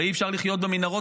הרי אי-אפשר לחיות במנהרות,